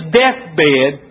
deathbed